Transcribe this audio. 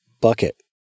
bucket